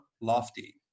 Lofty